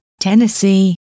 Tennessee